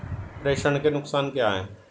प्रेषण के नुकसान क्या हैं?